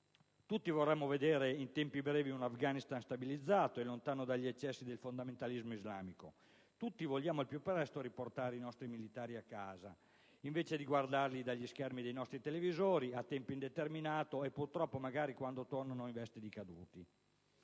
Tutti vorremmo vedere in tempi brevi un Afghanistan stabilizzato, lontano dagli eccessi del fondamentalismo islamico; tutti vogliamo al più presto riportare i nostri militari a casa, invece di guardarli dagli schermi dei nostri televisori a tempo indeterminato, e purtroppo quando tornano in veste di caduti.